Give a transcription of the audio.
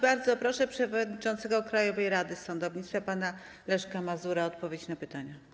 Bardzo proszę przewodniczącego Krajowej Rady Sądownictwa pana Leszka Mazura o odpowiedź na pytania.